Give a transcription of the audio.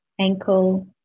ankle